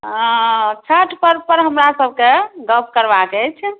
छठि पर्व पर हमरा सबके गप करबाके अछि